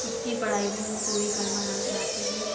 उसकी पढ़ाई भी मैं पूरी करवाना चाहती हूँ